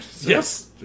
Yes